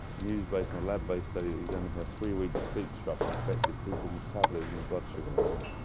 news-based and a lab based study examined how three weeks of sleep disruption affected people's metabolism and blood sugar levels.